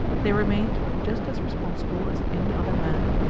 they remained just as responsible as any other man.